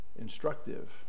instructive